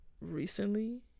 recently